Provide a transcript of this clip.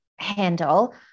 handle